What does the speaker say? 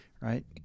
Right